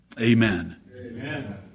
amen